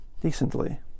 decently